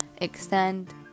Extend